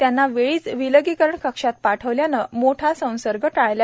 त्यांना वेळीच विलगीकरण कक्षात पाठविल्याने मोठा संसर्ग टळला